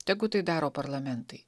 tegu tai daro parlamentai